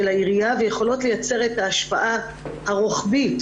העירייה ויכולות לייצר את ההשפעה הרוחבית,